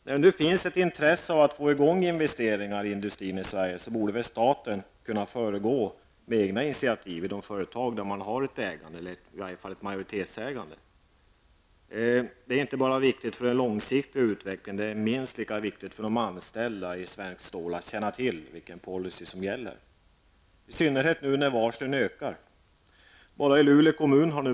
När det nu finns ett intresse av att få i gång investeringar i industrin i Sverige, bör väl staten kunna föregå med gott exempel genom att ta egna initiativ i de företag där man har ett ägande eller i varje fall ett majoritetsägande. Det är inte viktigt bara för den långsiktiga utvecklingen utan minst lika viktigt för de anställda inom svensk stålindustri att känna till den policy som gäller. I synnerhet är det viktigt nu när varslen ökar.